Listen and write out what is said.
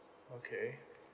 okay